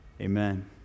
amen